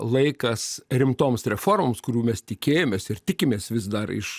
laikas rimtoms reformoms kurių mes tikėjomės ir tikimės vis dar iš